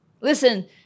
Listen